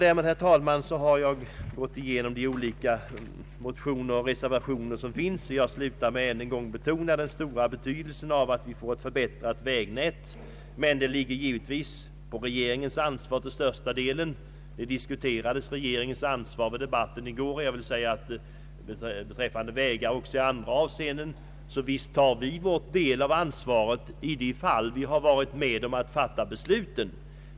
Därmed har jag, herr talman, berört motionerna och reservationerna men vill sluta mitt anförande med att ännu en gång betona den stora betydelsen av att vi får ett förbättrat vägnät, vilket givetvis regeringen till största delen har ansvaret för. Regeringens ansvar diskuterades under debatten i går, och jag vill säga att när det gäller vägar och även i andra avseenden tar vi vår del av ansvaret i de fall då vi varit med om att fatta besluten.